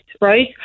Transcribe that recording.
right